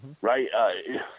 Right